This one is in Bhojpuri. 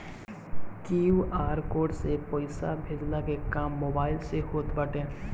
क्यू.आर कोड से पईसा भेजला के काम मोबाइल से होत बाटे